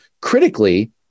critically